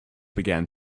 began